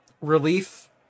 relief